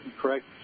correct